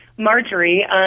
Marjorie